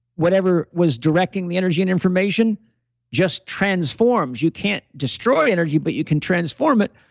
whatever was directing the energy and information just transforms. you can't destroy energy, but you can transform it.